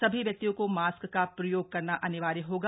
सभी व्यक्तियों को मास्क का प्रयोग करना अनिवार्य होगा